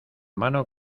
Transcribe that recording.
mano